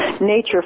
nature